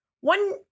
one